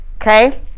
Okay